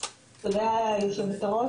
תודה יושבת הראש,